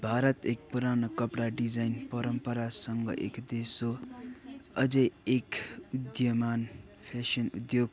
भारत एक पुरानो कपडा डिजाइन परम्परासँग एक देश हो अझै एक विद्यमान फेसन उद्योग